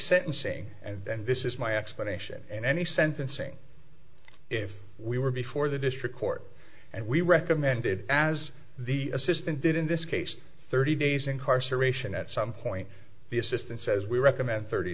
sentencing and this is my explanation and any sentencing if we were before the district court and we recommended as the assistant did in this case thirty days incarceration at some point the assistant says we recommend thirty